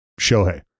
Shohei